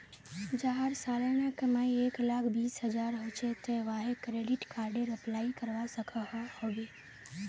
जहार सालाना कमाई एक लाख बीस हजार होचे ते वाहें क्रेडिट कार्डेर अप्लाई करवा सकोहो होबे?